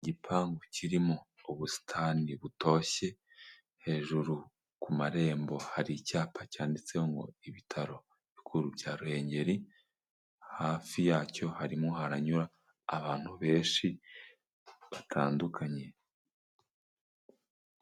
Igipangu kirimo ubusitani butoshye hejuru ku marembo hari icyapa cyanditseho ngo ibitaro bikuru bya Ruhengeri hafi yacyo harimo haranyura abantu benshi batandukanye.